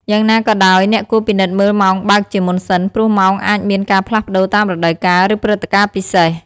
យ៉ាងណាក៏ដោយ អ្នកគួរពិនិត្យមើលម៉ោងបើកជាមុនសិន ព្រោះម៉ោងអាចមានការផ្លាស់ប្ដូរតាមរដូវកាល ឬព្រឹត្តិការណ៍ពិសេស។